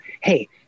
hey